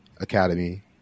Academy